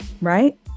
right